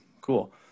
Cool